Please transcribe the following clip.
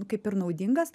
kaip ir naudingas